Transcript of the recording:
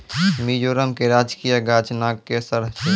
मिजोरम के राजकीय गाछ नागकेशर छै